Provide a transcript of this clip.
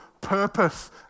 purpose